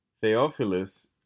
Theophilus